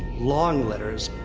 long letter,